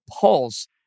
Pulse